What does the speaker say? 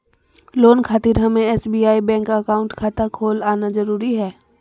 Loan खातिर हमें SBI bank account खाता खोल आना जरूरी है?